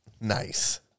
Nice